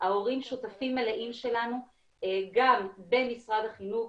ההורים הם שותפים מלאים שלנו גם במשרד החינוך,